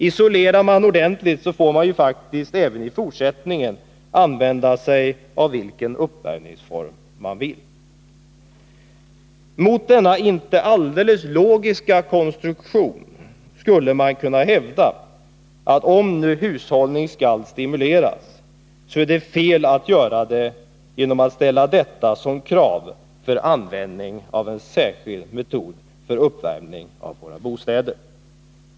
Isolerar man ordenligt, får man ju faktiskt även i fortsättningen använda sig av vilken uppvärmningsform man vill. Mot denna inte alldeles logiska konstruktion skulle man kunna hävda att om nu hushållning skall stimuleras, är det fel att göra det genom att ställa detta som krav för användning av en särskild metod för uppvärmning av våra bostäder.